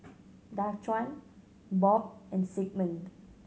Daquan Bob and Sigmund